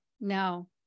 no